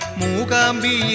mukambi